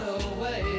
away